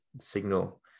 signal